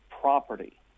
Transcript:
property